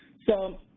so,